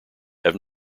have